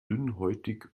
dünnhäutig